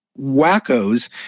wackos